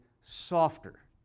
softer